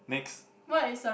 next